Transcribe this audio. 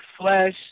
flesh